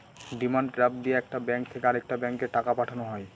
demand draft দিয়ে একটা bank থেকে আরেকটা ব্যাঙ্কে টাকা পাঠানো হয়